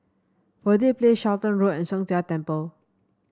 Verde Place Charlton Road and Sheng Jia Temple